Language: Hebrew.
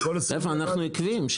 אנחנו עקביים.